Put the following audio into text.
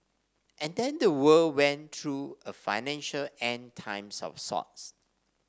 and then the world went through a financial End Times of sorts